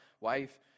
wife